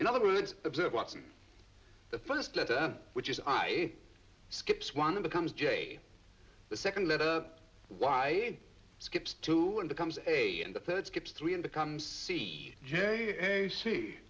in other words observe watson the first letter which is i skips one becomes j the second letter y skips two and becomes a and the third skips three and becomes c j c